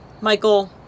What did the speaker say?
Michael